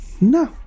no